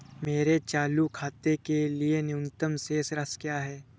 मेरे चालू खाते के लिए न्यूनतम शेष राशि क्या है?